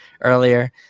earlier